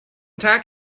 tag